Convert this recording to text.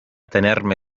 tenerme